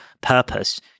purpose